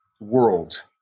world